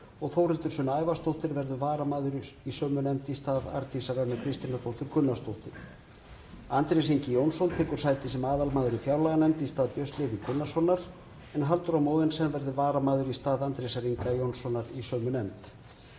og Þórhildur Sunna Ævarsdóttir verður varamaður í sömu nefnd í stað Arndísar Önnu Kristínardóttur Gunnarsdóttur. Andrés Ingi Jónsson tekur sæti sem aðalmaður í fjárlaganefnd í stað Björns Levís Gunnarssonar en Halldóra Mogensen verður varamaður í stað Andrésar Inga Jónssonar í sömu nefnd.